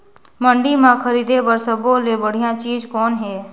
मंडी म खरीदे बर सब्बो ले बढ़िया चीज़ कौन हे?